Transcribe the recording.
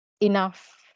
enough